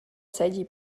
seigi